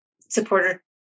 supporter